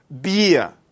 beer